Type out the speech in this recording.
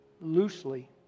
loosely